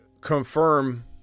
confirm